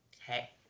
Hey